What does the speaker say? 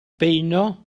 beuno